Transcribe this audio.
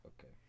Okay